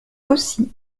aussi